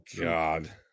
God